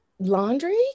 Laundry